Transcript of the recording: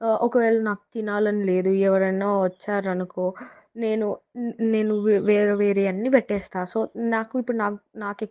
ఒకవేళ నాకు తినాలని లేదు ఎవరైనా వచ్చారనుకో నేను నేను వేరే వేరే అన్ని పెట్టేస్తా సో నాకు ఇప్పుడు నాకు నాకు ఎక్కువ